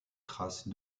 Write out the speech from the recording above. trace